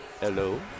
Hello